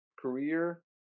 career